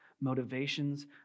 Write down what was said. motivations